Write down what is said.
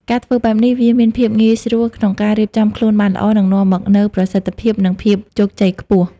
ការធ្វើបែបនេះវាមានភាពងាយស្រួលក្នុងការ រៀបចំខ្លួនបានល្អ នឹងនាំមកនូវប្រសិទ្ធភាព និងភាពជោគជ័យខ្ពស់ ។